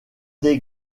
des